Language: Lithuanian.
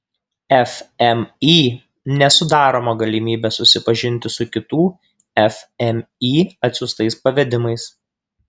fmį nesudaroma galimybė susipažinti su kitų fmį atsiųstais pavedimais